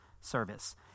service